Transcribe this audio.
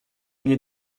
n’est